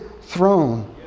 throne